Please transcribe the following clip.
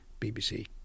BBC